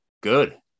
good